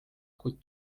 kuid